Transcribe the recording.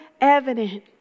evident